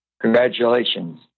congratulations